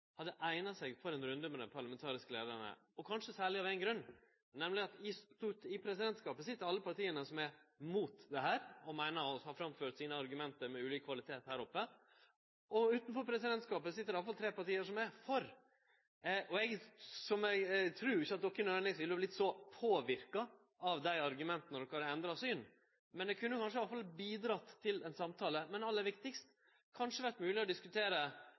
hadde eigna seg for ein runde med dei parlamentariske leiarane. Kanskje særleg av ein grunn, nemleg at i presidentskapet sit alle dei partia som er mot dette, og som meiner å ha framført sine argument med ulike kvalitet her oppe, og utanfor presidentskapet sit i alle fall tre parti som er for. Eg trur ikkje at dei nødvendigvis ville vorte så påverka av dei argumenta at dei hadde endra syn, men det kunne kanskje bidrege til ein samtale. Men aller viktigast: Det kanskje hadde vore mogleg å diskutere